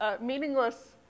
meaningless